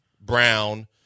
Brown